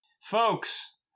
folks